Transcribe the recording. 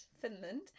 Finland